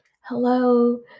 Hello